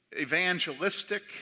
evangelistic